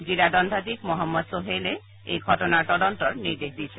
জিলা দণ্ডাধীশ মহম্মদ চোহেলে এই ঘটনাৰ তদন্তৰ নিৰ্দেশ দিছে